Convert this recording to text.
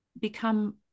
become